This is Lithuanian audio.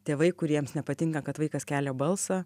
tėvai kuriems nepatinka kad vaikas kelia balsą